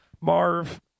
Marv